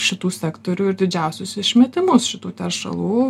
šitų sektorių ir didžiausius išmetimus šitų teršalų